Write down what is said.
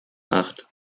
acht